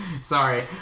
Sorry